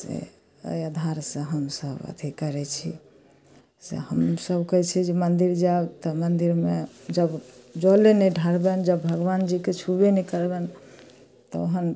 से एहि अधार से हमसभ अथी करै छी से हमसभ कहै छियै जे मन्दिर जायब तऽ मन्दिरमे जब जले नहि ढारबैनि जब भगवान जीके छुबे नहि करबैनि तहन